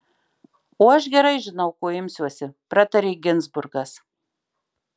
o aš gerai žinau ko imsiuosi pratarė ginzburgas